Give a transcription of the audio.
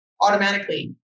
automatically